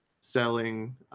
selling